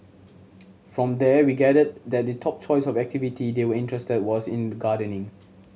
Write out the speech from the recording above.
from there we gathered that the top choice of activity they were interested was in the gardening